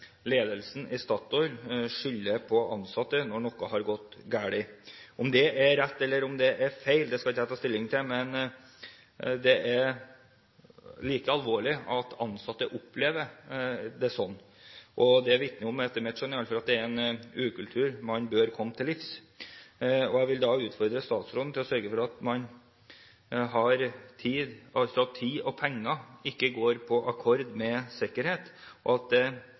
er rett, eller om det er feil, skal ikke jeg ta stilling til, men det er like alvorlig at ansatte opplever det sånn. Det vitner om, i alle fall etter mitt skjønn, at det er en ukultur man bør komme til livs. Jeg vil utfordre statsråden til å sørge for at tid og penger ikke går på akkord med sikkerhet, og at det